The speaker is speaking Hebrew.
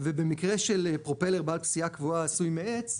ובמקרה של פרופלר בעל פסיעה קבועה עשוי מעץ,